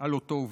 על אותו אובדן.